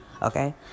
Okay